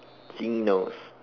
chinos